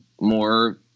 more